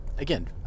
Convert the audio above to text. Again